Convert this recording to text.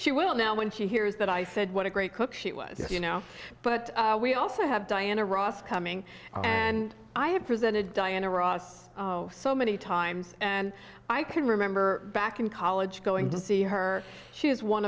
she will now when she hears that i said what a great cook she was you know but we also have diana ross coming and i have presented diana ross so many times and i can remember back in college going to see her she was one